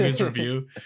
review